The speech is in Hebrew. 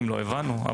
הבנו,